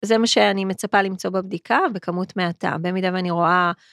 וזה מה שאני מצפה למצוא בבדיקה בכמות מעטה, במידה ואני רואה...